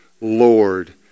Lord